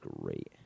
great